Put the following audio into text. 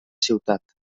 ciutat